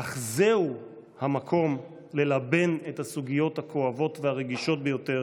אך זהו המקום ללבן את הסוגיות הכואבות והרגישות ביותר